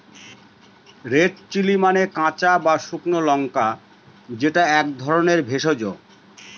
red chilli মানে কাঁচা বা শুকনো লঙ্কা যেটা এক ধরনের ভেষজ